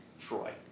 Troy